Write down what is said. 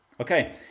Okay